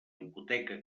hipoteca